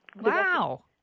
Wow